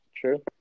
true